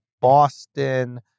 Boston